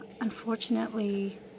unfortunately